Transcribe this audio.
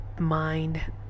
mind